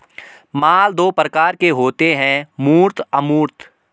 माल दो प्रकार के होते है मूर्त अमूर्त